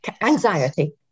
anxiety